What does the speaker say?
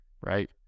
right